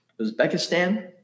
Uzbekistan